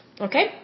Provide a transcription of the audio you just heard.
Okay